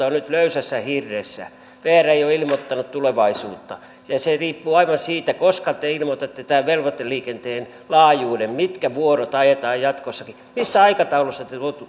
on nyt löysässä hirressä vr ei ole ilmoittanut tulevaisuutta se riippuu aivan siitä koska te ilmoitatte tämän velvoiteliikenteen laajuuden mitkä vuorot ajetaan jatkossakin missä aikataulussa te